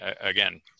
again